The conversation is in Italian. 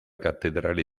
cattedrale